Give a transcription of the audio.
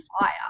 fire